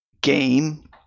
game